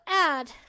add